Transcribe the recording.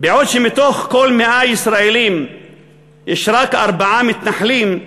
"בעוד שמתוך כל 100 ישראלים יש רק ארבעה מתנחלים,